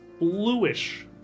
bluish